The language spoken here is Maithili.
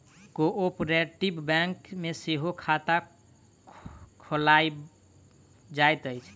कोऔपरेटिभ बैंक मे सेहो खाता खोलायल जाइत अछि